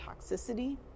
toxicity